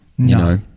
No